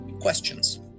questions